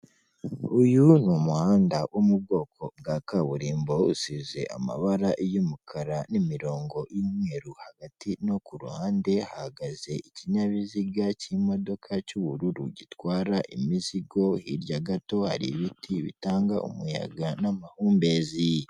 Uyu ni umuhanda wo mu bwoko bwa kaburimbo, usize amabara y'umukara n'imirongo y'umweru, hagati no ku ruhande hahagaze ikinyabiziga cy'imodoka cy'ubururu gitwara imizigo, hirya gato hari ibiti bitanga umuyaga n'amahumbezi.